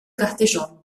castellón